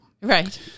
Right